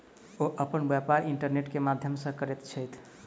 ओ अपन व्यापार इंटरनेट के माध्यम से करैत छथि